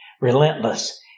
relentless